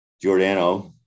Giordano